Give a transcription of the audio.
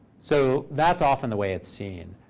so that's often the way it's seen.